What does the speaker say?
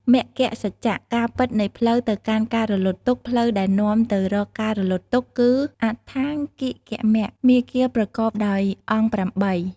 មគ្គសច្ចៈ ការពិតនៃផ្លូវទៅកាន់ការរលត់ទុក្ខ ផ្លូវដែលនាំទៅរកការរលត់ទុក្ខ គឺ អដ្ឋង្គិកមគ្គ មាគ៌ាប្រកបដោយអង្គ ៨។